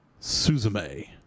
Suzume